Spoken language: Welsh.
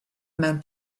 mewn